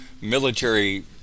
military